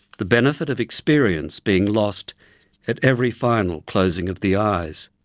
the benefit of experience being lost at every final closing of the eyes.